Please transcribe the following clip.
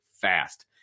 fast